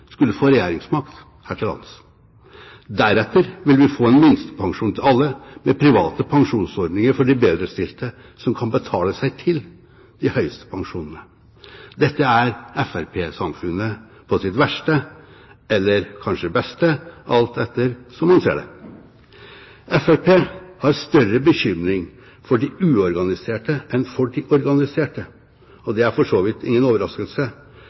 skulle få regjeringsmakt her til lands. Deretter vil vi få en minstepensjon til alle, med private pensjonsordninger for de bedrestilte som kan betale seg til de høyeste pensjonene. Dette er fremskrittspartisamfunnet på sitt verste – eller kanskje beste, alt etter som man ser det. Fremskrittspartiet har større bekymring for de uorganiserte enn for de organiserte, og det er for så vidt ingen overraskelse.